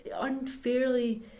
unfairly